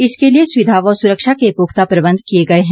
इसके लिए सुविधा व सुरक्षा के पुख्ता प्रबंध किए हैं